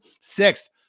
Sixth